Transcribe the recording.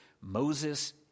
Moses